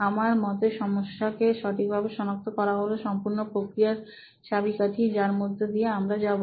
আমার মতে সমস্যাকে সঠিকভাবে সনাক্ত করা হলো সম্পূর্ণ প্রক্রিয়া চাবিকাঠি যার মধ্য দিয়ে আমরা যাব